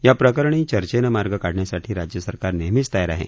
या प्रकरणी चर्चेनं मार्ग काढण्यासाठी राज्य सरकार नेहमीच तयार आहे